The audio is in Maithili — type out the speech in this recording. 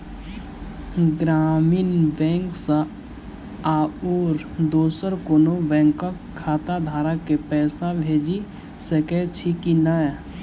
ग्रामीण बैंक सँ आओर दोसर कोनो बैंकक खाताधारक केँ पैसा भेजि सकैत छी की नै?